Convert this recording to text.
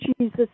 Jesus